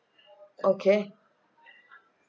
okay